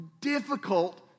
difficult